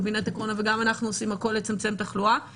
קבינט הקורונה וגם אנחנו עושים הכול כדי לצמצם תחלואה,